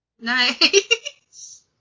Nice